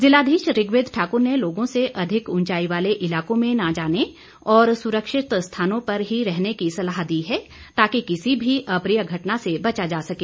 जिलाधीश ऋग्वेद ठाकुर ने लोगों से अधिक ऊंचाई वाले इलाकों में न जाने और सुरक्षित स्थानों पर ही रहने की सलाह दी है ताकि किसी भी अप्रिय घटना से बचा जा सके